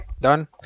Done